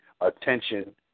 attention